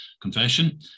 confession